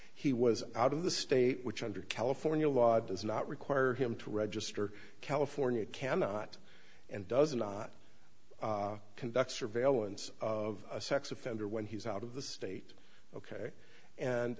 he was out of the state which under california law does not require him to register california cannot and does not conduct surveillance of a sex offender when he's out of the state ok and